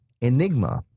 Enigma